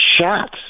shots